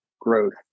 growth